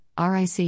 RIC